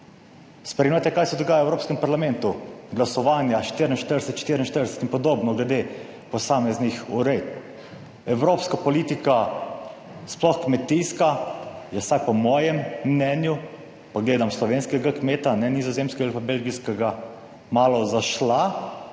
Spremljate kaj se dogaja v Evropskem parlamentu? Glasovanja 44:44 in podobno glede posameznih uredb. Evropska politika, sploh kmetijska, je, vsaj po mojem mnenju, pa gledam slovenskega kmeta, ne nizozemskega ali pa belgijskega, malo zašla,